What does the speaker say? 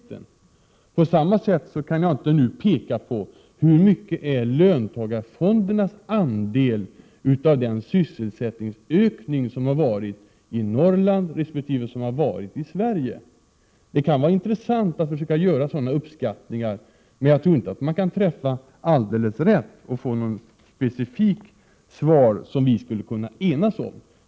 Det är på samma sätt i detta fall — jag kan inte nu peka på löntagarfondernas andel av den sysselsättningsökning som har förekommit i Norrland resp. i Sverige som helhet. Det kan vara intressant att försöka göra sådana uppskattningar, men jag tror inte att man kan träffa alldeles rätt och få ett specifikt svar som vi skulle kunna enas om.